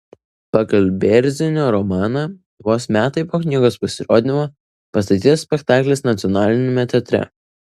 pagal bėrzinio romaną vos metai po knygos pasirodymo pastatytas spektaklis nacionaliniame teatre